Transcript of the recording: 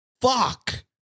Fuck